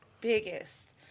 biggest